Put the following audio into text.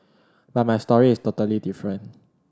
but my story is totally different